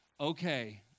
okay